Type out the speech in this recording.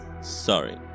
sorry